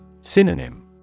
Synonym